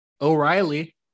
O'Reilly